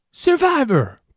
Survivor